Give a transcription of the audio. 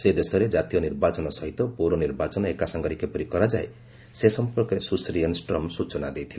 ସେ ଦେଶରେ ଜାତୀୟ ନିର୍ବାଚନ ସହିତ ପୌର ନିର୍ବାଚନ ଏକାସାଙ୍ଗରେ କିପରି କରାଯାଏ ସେ ସମ୍ପର୍କରେ ସୁଶ୍ରୀ ଏନ୍ଷ୍ଟ୍ରମ୍ ସୂଚନା ଦେଇଥିଲେ